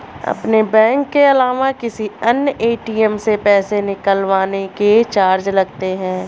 अपने बैंक के अलावा किसी अन्य ए.टी.एम से पैसे निकलवाने के चार्ज लगते हैं